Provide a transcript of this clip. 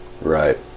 Right